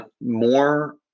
more